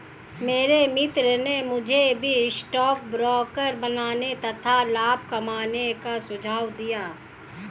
मेरे मित्र ने मुझे भी स्टॉक ब्रोकर बनने तथा लाभ कमाने का सुझाव दिया